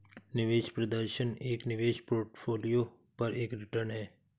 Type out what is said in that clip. निवेश प्रदर्शन एक निवेश पोर्टफोलियो पर एक रिटर्न है